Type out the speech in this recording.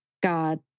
God